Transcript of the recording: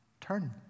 turn